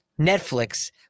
Netflix